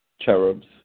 cherubs